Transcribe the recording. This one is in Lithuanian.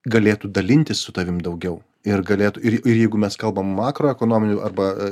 galėtų dalintis su tavim daugiau ir galėtų ir ir jeigu mes kalbam makroekonominių arba